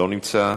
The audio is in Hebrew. לא נמצא,